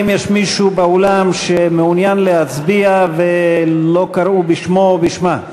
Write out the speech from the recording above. האם יש מישהו באולם שמעוניין להצביע ולא קראו בשמו או בשמה?